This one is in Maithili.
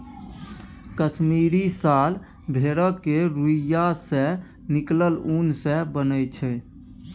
कश्मीरी साल भेड़क रोइयाँ सँ निकलल उन सँ बनय छै